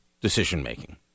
decision-making